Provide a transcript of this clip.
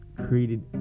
Created